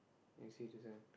next see to them